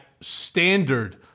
standard